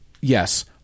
yes